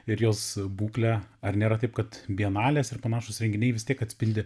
ir jos būklę ar nėra taip kad bienalės ir panašūs renginiai vis tiek atspindi